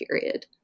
period